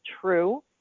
true